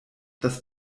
das